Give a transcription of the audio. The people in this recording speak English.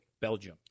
Belgium